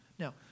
Now